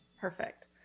Perfect